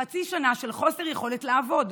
חצי שנה של חוסר יכולת לעבוד,